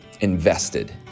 invested